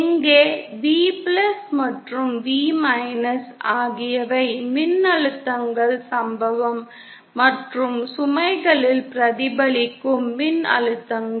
எங்கே V மற்றும் V ஆகியவை மின்னழுத்தங்கள் சம்பவம் மற்றும் சுமைகளில் பிரதிபலிக்கும் மின்னழுத்தங்கள்